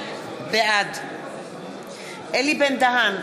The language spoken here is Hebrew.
בעד אלי בן-דהן,